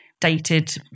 dated